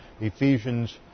Ephesians